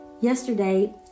yesterday